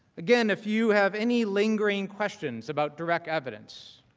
again, if you have any lingering questions about direct evidence.